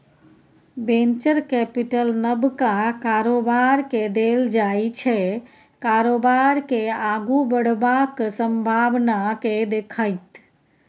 venture capital नबका कारोबारकेँ देल जाइ छै कारोबार केँ आगु बढ़बाक संभाबना केँ देखैत